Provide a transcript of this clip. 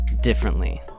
differently